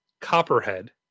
Copperhead